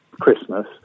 Christmas